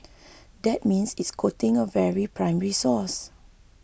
that means it's quoting a very primary source